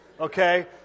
okay